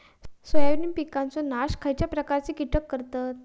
Soybean पिकांचो नाश खयच्या प्रकारचे कीटक करतत?